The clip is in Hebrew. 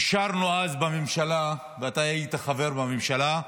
אישרנו אז בממשלה, ואתה היית חבר בממשלה,